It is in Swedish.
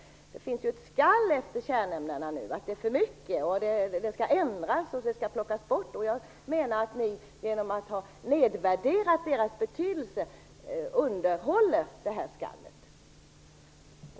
Det finns ju ett skall kring kärnämnena nu. Det är för mycket. Det skall ändras och plockas bort. Men jag menar att ni genom att ha nedvärderat kärnämnenas betydelse underhåller det här skallet.